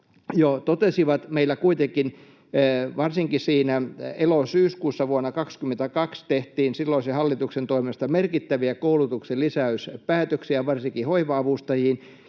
jo totesivat, meillä kuitenkin varsinkin siinä elo—syyskuussa vuonna 22 tehtiin silloisen hallituksen toimesta merkittäviä koulutuksen lisäyspäätöksiä varsinkin hoiva-avustajiin